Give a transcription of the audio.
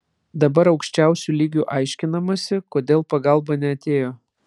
dabar aukščiausiu lygiu aiškinamasi kodėl pagalba neatėjo